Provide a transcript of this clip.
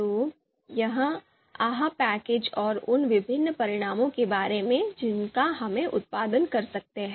तो यह 'ahp' package और उन विभिन्न परिणामों के बारे में है जिनका हम उत्पादन कर सकते हैं